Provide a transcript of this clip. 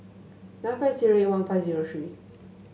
nine five zero one five zero three